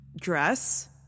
dress